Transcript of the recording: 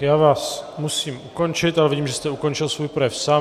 Já vás musím ukončit, ale vidím, že jste ukončil svůj projev sám.